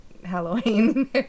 halloween